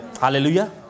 Hallelujah